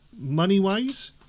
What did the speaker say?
money-wise